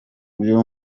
uyu